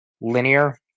linear